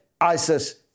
ISIS